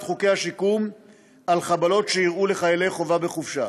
חוקי השיקום על חבלות שאירעו לחיילי חובה בחופשה: